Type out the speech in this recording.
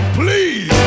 please